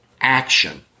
action